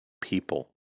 people